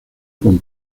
con